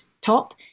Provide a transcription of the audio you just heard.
top